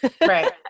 Right